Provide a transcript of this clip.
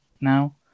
now